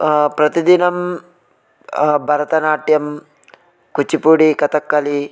प्रतिदिनं भरतनाट्यं कुचिपुडि कतक्कलि